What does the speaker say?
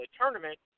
tournament